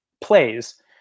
plays